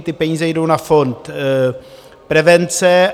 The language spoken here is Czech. Ty peníze jdou na Fond prevence.